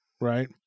right